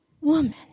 woman